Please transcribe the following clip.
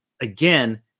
again